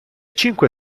cinque